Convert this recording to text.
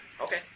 Okay